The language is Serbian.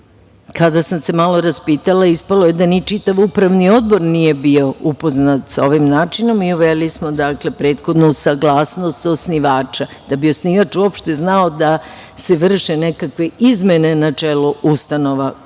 sam se malo raspitala, ispalo je da ni čitav upravni odbor nije bio upoznat sa ovim načelima i uveli smo prethodnu saglasnost osnivača, da bi osnivač uopšte znao da se vrše neke izmene na čelu ustanove